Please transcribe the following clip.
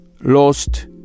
lost